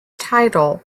title